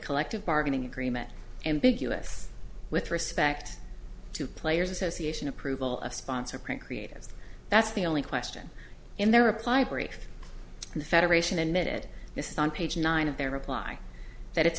collective bargaining agreement ambiguous with respect to players association approval of sponsor print creative that's the only question in their reply brief and the federation admitted this on page nine of their reply that it's